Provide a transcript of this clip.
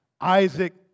Isaac